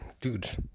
dudes